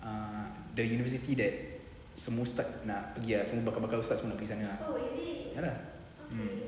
ah the university that semua ustaz nak pergi ah semua bakal bakal ustaz pergi sana ah ah lah mm